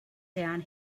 down